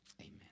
amen